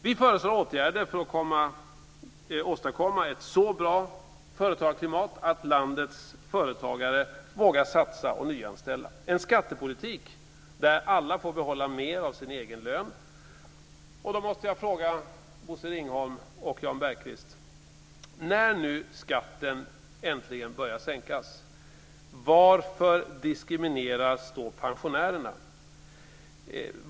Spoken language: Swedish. Vi föreslår åtgärder för att åstadkomma ett så bra företagsklimat att landets företagare vågar satsa och nyanställa - en skattepolitik där alla får behålla mer av sin egen lön. Då måste jag ställa en fråga till Bosse Ringholm och Jan Bergqvist. Varför diskrimineras pensionärerna nu när skatten äntligen börjar sänkas?